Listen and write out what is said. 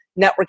networking